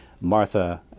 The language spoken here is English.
Martha